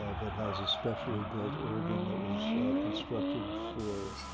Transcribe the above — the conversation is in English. ah that has a specially built oregon that was constructed for